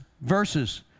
verses